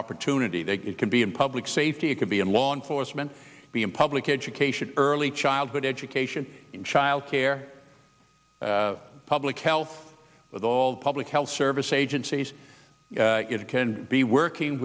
opportunity they can be in public safety it could be in law enforcement be in public education early childhood education in child care public health all public health service agencies can be working